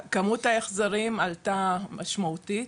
כמות ההחזרים עלתה משמעותית.